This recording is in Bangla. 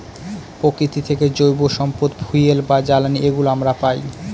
প্রকৃতি থেকে জৈব সম্পদ ফুয়েল বা জ্বালানি এগুলো আমরা পায়